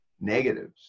negatives